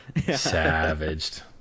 Savaged